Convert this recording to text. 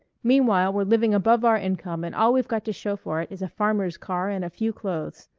meanwhile we're living above our income and all we've got to show for it is a farmer's car and a few clothes.